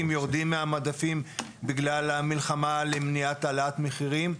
יורדים מהמדפים בגלל המלחמה למניעת העלאת מחירים.